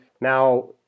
Now